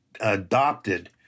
adopted